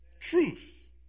Truth